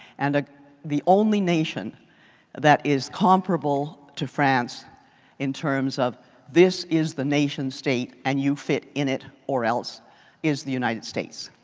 and ah the only nation that is comparable to france in terms of this is the nation state and you fit in it or else is the united states.